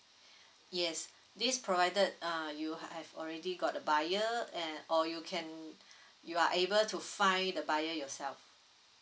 yes this provided uh you have already got a buyer and or you can you are able to find the buyer yourself